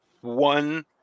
one